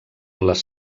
les